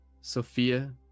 Sophia